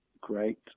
great